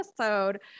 episode